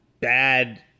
bad